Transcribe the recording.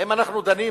האם אנחנו דנים